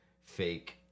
fake